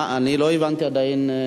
אני לא הבנתי עדיין.